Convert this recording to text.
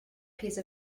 piece